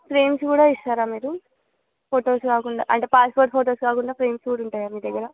frames కూడా ఇస్తారా మీరు ఫోటోస్ కాకుండా అంటే పాస్పోర్ట్ ఫోటోస్ కాకుండా ఫ్రేమ్స్ కూడా ఉంటాయా మీ దగ్గర